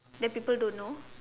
that people don't know